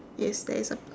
yes there is a p~